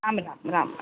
Ram Ram Ram Ram